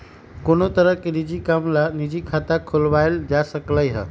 कोनो तरह के निज काम ला निजी खाता खुलवाएल जा सकलई ह